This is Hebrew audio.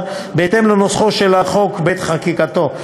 בהתאם לנוסחו של החוק בעת חקיקתו,